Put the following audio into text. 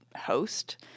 host